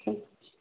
ঠিক